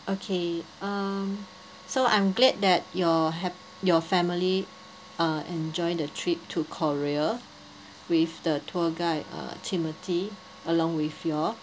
okay um so I'm glad that your hap~ your family uh enjoy the trip to korea with the tour guide uh timothy along with you all